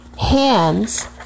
hands